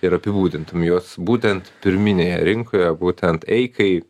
ir apibūdintum juos būtent pirminėje rinkoje būtent eikai